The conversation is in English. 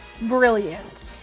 brilliant